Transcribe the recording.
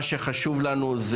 מה שחשוב לנו,